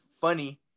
funny